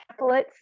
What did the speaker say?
templates